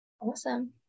Awesome